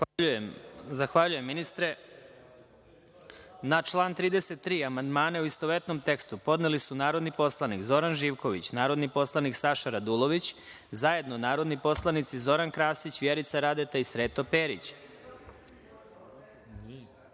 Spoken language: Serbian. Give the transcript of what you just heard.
Zahvaljujem ministre. Na član 33. amandmane, u istovetnom tekstu, podneli su narodni poslanik Zoran Živković, narodni poslanik Saša Radulović, zajedno narodni poslanici Zoran Krasić, Vjerica Radeta i Sreto Perić,